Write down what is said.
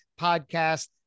Podcast